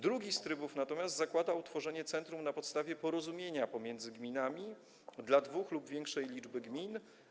Drugi tryb zakłada natomiast utworzenie centrum na podstawie porozumienia pomiędzy gminami dla dwóch lub większej liczby gmin.